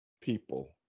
people